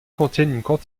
contiennent